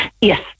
Yes